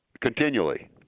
continually